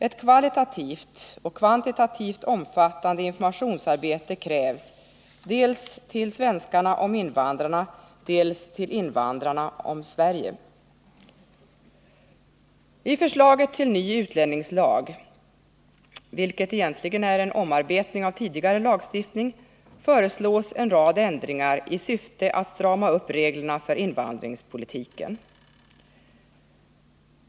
Ett kvalitativt och kvantitativt omfattande informationsarbete krävs dels till svenskarna om invandrarna, dels till invandrarna om Sverige. Förslaget till ny utlänningslag, vilket egentligen är en omarbetning av tidigare lagstiftning, innehåller en rad ändringar i syfte att strama upp reglerna för invandringspolitiken.